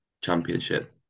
Championship